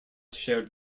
share